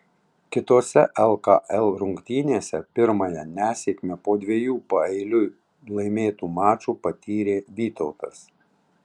kitose lkl rungtynėse pirmąją nesėkmę po dviejų paeiliui laimėtų mačų patyrė vytautas